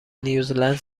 نیوزلند